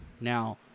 Now